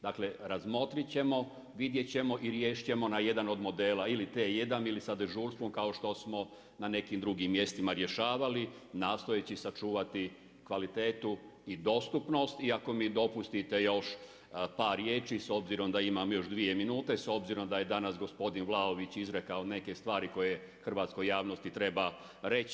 Dakle, razmotrit ćemo, vidjet ćemo i riješit ćemo na jedan od modela ili T1 ili sa dežurstvom kao što smo na nekim drugim mjestima rješavali, nastojeći sačuvati kvalitetu i dostupnost i ako mi dopustite još par riječi s obzirom da imam još dvije minute, s obzirom da je danas gospodin Vlaović izrekao neke stvari koje hrvatskoj javnosti treba reći.